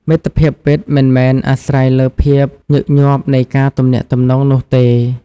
មិត្តភាពពិតមិនមែនអាស្រ័យលើភាពញឹកញាប់នៃការទំនាក់ទំនងនោះទេ។